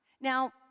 Now